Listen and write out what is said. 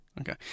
Okay